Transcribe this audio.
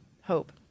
hope